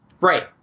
Right